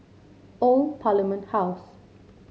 Old Parliament House